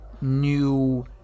new